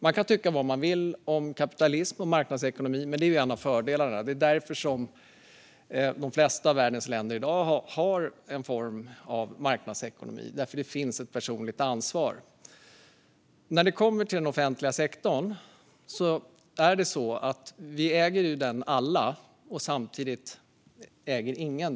Man kan tycka vad man vill om kapitalism och marknadsekonomi, men detta är en av fördelarna. Det är därför som de flesta av världens länder i dag har någon form av marknadsekonomi, för det finns ett personligt ansvar. Den offentliga sektorn äger vi alla tillsammans, men samtidigt ägs den av ingen.